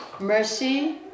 mercy